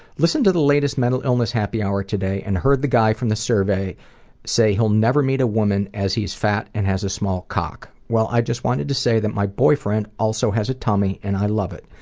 listened to the latest mental illness happy hour today and heard the guy from the survey say he'll never meet a woman, as he is fat and has a small cock. well i just wanted to say that my boyfriend also has a tummy and i love it.